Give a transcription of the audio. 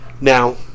Now